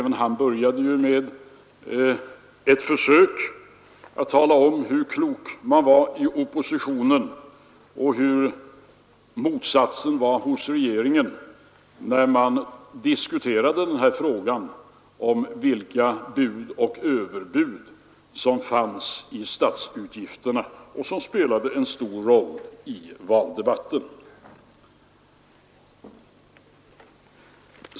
Även han började ju med ett försök att tala om, hur klok man var i oppositionen och hur motsatsen gällde hos regeringen när man diskuterade frågan om vilka bud och överbud som fanns i fråga om statsutgifterna; det spelade ju en stor roll i valdebatten.